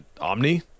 Omni